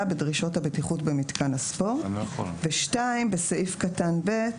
בדרישות הבטיחות במיתקן הספורט"; (2)בסעיף קטן (ב),